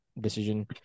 decision